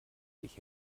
sich